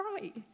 right